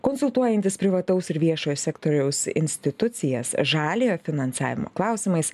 konsultuojantis privataus ir viešojo sektoriaus institucijas žaliojo finansavimo klausimais